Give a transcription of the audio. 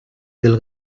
del